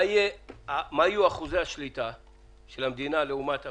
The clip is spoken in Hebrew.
מה יהיו אחוזי השליטה של המדינה לעומת הבעלים?